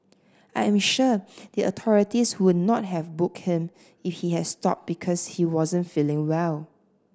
I am sure the authorities would not have booked him if he had stopped because he wasn't feeling well